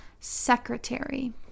Secretary